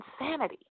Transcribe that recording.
insanity